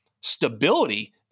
stability